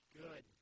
good